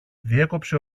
διέκοψε